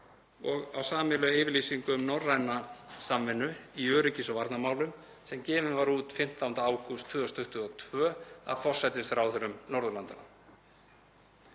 og á sameiginlega yfirlýsingu um norræna samvinnu í öryggis- og varnarmálum sem gefin var út 15. ágúst 2022 af forsætisráðherrum Norðurlandanna.